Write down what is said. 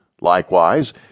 Likewise